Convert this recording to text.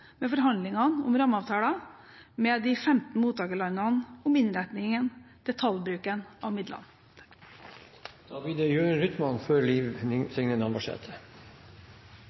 med forhandlingene om rammeavtaler med de 15 mottakerlandene om innretningen – detaljbruken av midlene.